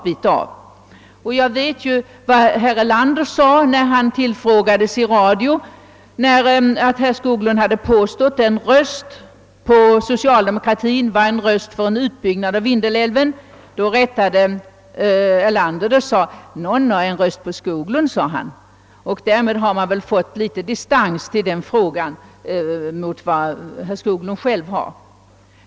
När herr Erlander i en radiointervju tillfrågades om det var riktigt att herr Skoglund påstått att en röst på socialdemokratin skulle betyda en röst för utbyggnad av Vindelälven, sade herr Erlander: Nå, nå — en röst för Skoglund. Därmed har man fått en annan distans till denna fråga än den herr Skoglund har.